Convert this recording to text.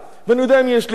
ואני יודע עם מי יש לי עסק.